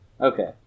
Okay